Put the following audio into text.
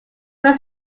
where